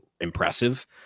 impressive